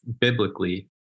biblically